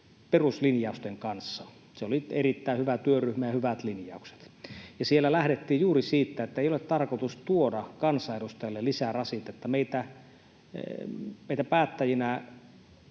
peruslinjausten kanssa. Se oli erittäin hyvä työryhmä ja oli hyvät linjaukset. Siellä lähdettiin juuri siitä, että ei ole tarkoitus tuoda kansanedustajille lisää rasitetta. Meitä päättäjinä